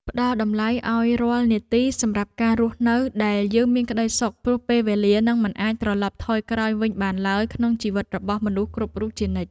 ផ្ដល់តម្លៃឱ្យរាល់នាទីសម្រាប់ការរស់នៅដែលយើងមានក្ដីសុខព្រោះពេលវេលានឹងមិនអាចត្រឡប់ថយក្រោយវិញបានឡើយក្នុងជីវិតរបស់មនុស្សគ្រប់រូបជានិច្ច។